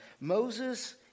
Moses